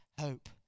hope